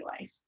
life